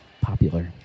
popular